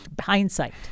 hindsight